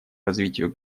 развитию